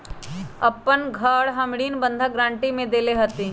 अपन घर हम ऋण बंधक गरान्टी में देले हती